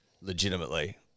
legitimately